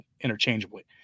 interchangeably